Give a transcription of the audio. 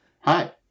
Hi